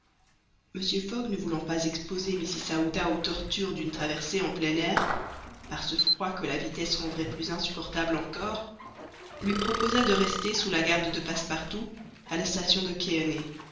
mr fogg ne voulant pas exposer mrs aouda aux tortures d'une traversée en plein air par ce froid que la vitesse rendrait plus insupportable encore lui proposa de rester sous la garde de passepartout à la station de